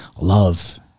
love